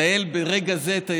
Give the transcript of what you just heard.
המנהל ברגע זה את הישיבה.